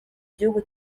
gihugu